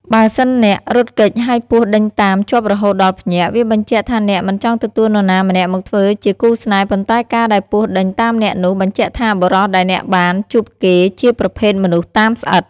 បើសិនអ្នករត់គេចហើយពស់ដេញតាមជាប់រហូតដល់ភ្ញាក់ វាបញ្ជាក់ថាអ្នកមិនចង់ទទួលនរណាម្នាក់មកធ្វើជា គូស្នេហ៍ប៉ុន្តែការដែលពស់ដេញតាមអ្នកនោះបញ្ជាក់ថាបុរសដែលអ្នកបាន ជួបគេជាប្រភេទមនុស្សតាមស្អិត។